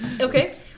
okay